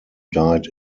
died